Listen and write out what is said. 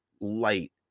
light